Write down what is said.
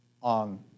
on